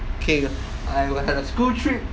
K I will have a school trip